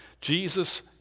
Jesus